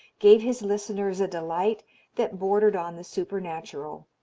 gave his listeners a delight that bordered on the supernatural.